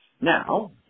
Now